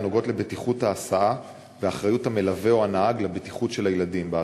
לבטיחות ההסעה ואחריות המלווה או הנהג לבטיחות הילדים בהסעה.